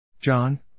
John